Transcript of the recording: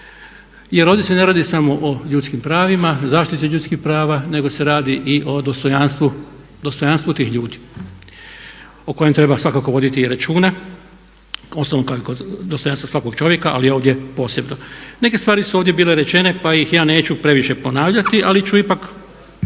Jer ovdje se ne radi samo o ljudskim pravima, zaštiti ljudskih prava, nego se radi i o dostojanstvu tih ljudi o kojem treba svakako voditi i računa, uostalom kao i kod dostojanstva svakog čovjeka ali ovdje posebno. Neke stvari su ovdje bile rečene, pa ih ja neću previše ponavljati ali ću ipak